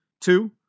Two